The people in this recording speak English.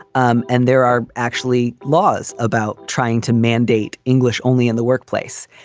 um and there are actually laws about trying to mandate english only in the workplace.